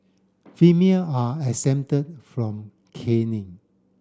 female are exempted from caning